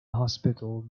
hospital